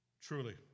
Truly